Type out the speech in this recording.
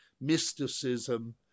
mysticism